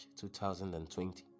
2020